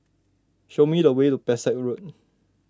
show me the way to Pesek Road